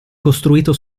costruito